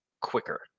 quicker